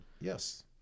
Yes